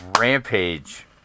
Rampage